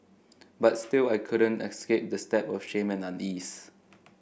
but still I couldn't escape the stab of shame and unease